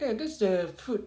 ya there's the fruit